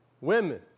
women